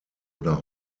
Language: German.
oder